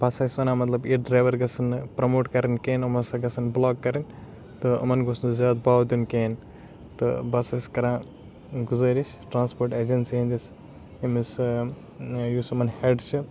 بہٕ ہَسا چھُس وَنان مَطلَب اِتھ ڈریوَر گَژھَن نہٕ پرموٹ کَرٕنۍ کینٛہہ یِم ہَسا گَژھَن بلاک کَرٕنۍ تہٕ یِمَن گوٚژھ نہٕ زیادٕ باو دِیُن کِہیٖنۍ تہٕ بہٕ ہَسا چھُس کَران گُزٲرِش ٹرانسپوٹ ایٚجَنسی ہٕنٛدِس أمس یُس یِمَن ہیٚڈ چھِ